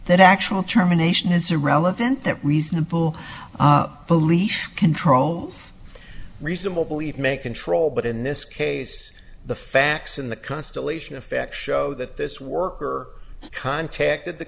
that actual terminations are relevant that reasonable belief control's reasonable believe may control but in this case the facts in the constellation affection show that this worker contacted the